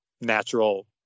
natural